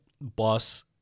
Boss